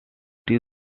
been